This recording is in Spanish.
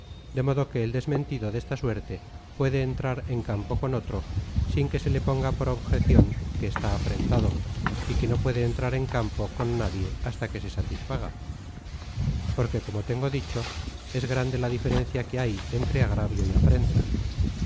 de modo que el desmentido desta suerte puede entrar en campo con otro sin que se le ponga por objecion que está afrentado y que no puede entrar en campo con nadie hasta que se satisfaga porque como tengo dicho es grande la diferencia que hay entre agravio y afrenta